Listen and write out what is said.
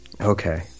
Okay